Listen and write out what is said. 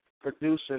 producers